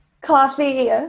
Coffee